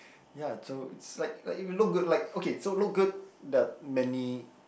ya so it's like like you look good like okay so look good there're many